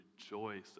rejoice